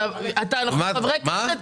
אנחנו חברי כנסת,